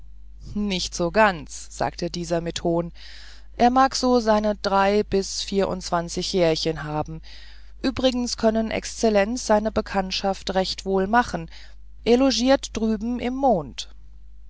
nicht so ganz sagte dieser mit hohn er mag so seine drei bis vierundzwanzig jährchen haben übrigens können exzellenz seine bekanntschaft recht wohl machen er logiert drüben im mond